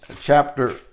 chapter